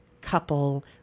couple